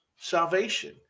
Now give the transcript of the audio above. salvation